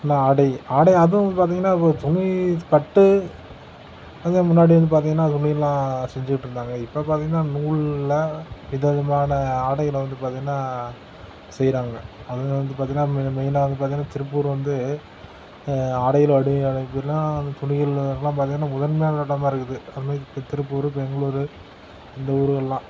என்ன ஆடை ஆடை அதுவும் பார்த்திங்கன்னா இப்போ துணி பட்டு அதே முன்னாடி வந்து பார்த்திங்கன்னா துணியெலாம் செஞ்சிகிட்ருந்தாங்க இப்போ பார்த்திங்கன்னா நூல்ல வித விதமான ஆடைகளை வந்து பார்த்திங்கன்னா செய்கிறாங்க அதில் வந்து பார்த்திங்கன்னா மெ மெயினாக வந்து பார்த்திங்கன்னா திருப்பூர் வந்து ஆடைகள் வடிவமைப்பெலாம் துணிகள் எல்லாம் பார்த்திங்கன்னா முதன்மையான இடமா இருக்குது அதுமாதிரி திருப்பூர் பெங்களூரு இந்த ஊருகள்லாம்